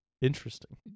Interesting